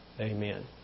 Amen